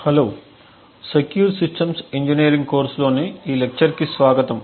hello secure systems engineering course లోని ఈ lecture కి స్వాగతం